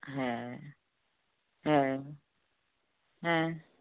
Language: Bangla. হ্যাঁ হ্যাঁ হ্যাঁ